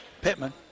Pittman